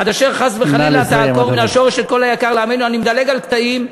"עד אשר חס וחלילה תעקור מהשורש את כל היקר לעמנו." אני מדלג על קטעים.